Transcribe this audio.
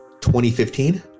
2015